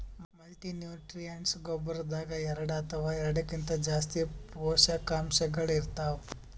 multinutrients ಗೊಬ್ಬರದಾಗ್ ಎರಡ ಅಥವಾ ಎರಡಕ್ಕಿಂತಾ ಜಾಸ್ತಿ ಪೋಷಕಾಂಶಗಳ್ ಇರ್ತವ್